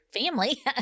family